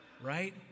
right